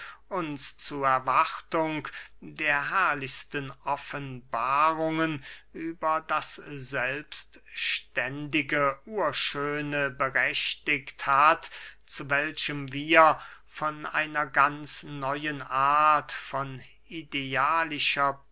uns zu erwartung der herrlichsten offenbarungen über das selbstständige urschöne berechtigt hat zu welchem wir von einer ganz neuen art von